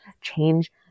change